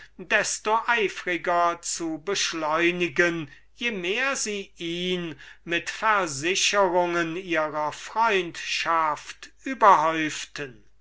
desto eifriger zu beschleunigen je mehr sie ihn mit versicherungen ihrer freundschaft überhäuften